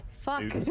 Fuck